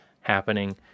happening